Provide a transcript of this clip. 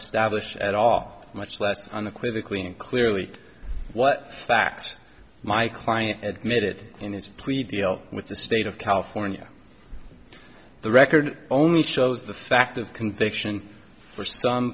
blish at all much less on the quickly and clearly what facts my client admitted in his plea deal with the state of california the record only shows the fact of conviction for some